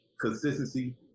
consistency